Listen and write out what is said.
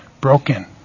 broken